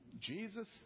Jesus